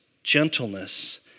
gentleness